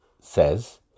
says